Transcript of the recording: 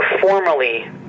formally